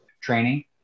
training